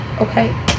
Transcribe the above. Okay